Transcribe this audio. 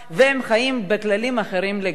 והם חיים לפי כללים אחרים לגמרי.